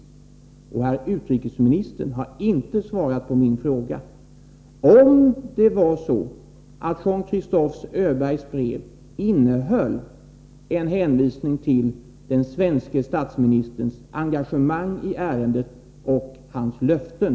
Dessutom har herr utrikesministern inte svarat på min fråga om Jean Christophe Öbergs brev innehöll en hänvisning till den svenske statsministerns engagemang i ärendet och hans löften.